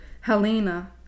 Helena